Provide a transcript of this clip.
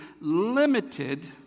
limited